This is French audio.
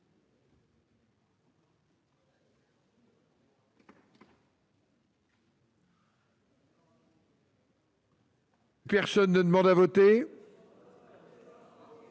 Personne ne demande à voter.